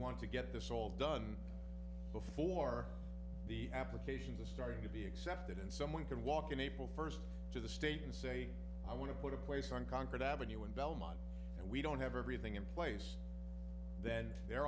want to get this all done before the applications are starting to be accepted and someone can walk in april first to the state and say i want to put a place on concord ave in belmont and we don't have everything in place then they're